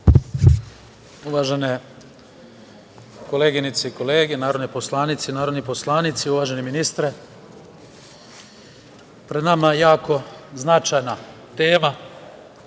Uvažene koleginice i kolege narodni poslanici, narodni poslanici, uvaženi ministre, pred nama je jako značajna tema